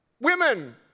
women